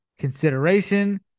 Consideration